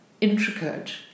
intricate